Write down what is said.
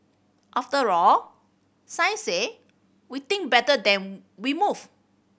after all science say we think better then we move